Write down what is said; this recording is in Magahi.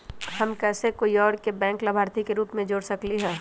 हम कैसे कोई और के बैंक लाभार्थी के रूप में जोर सकली ह?